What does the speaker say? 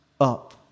up